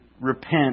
repent